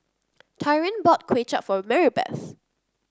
Tyrin bought Kuay Chap for Maribeth